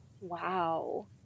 Wow